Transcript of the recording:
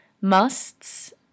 musts